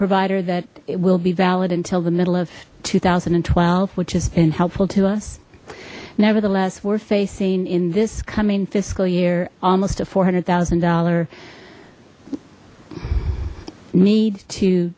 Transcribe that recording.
provider that will be valid until the middle of two thousand and twelve which has been helpful to us nevertheless we're facing in this coming fiscal year almost a four hundred thousand dollars need to